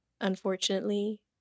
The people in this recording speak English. Unfortunately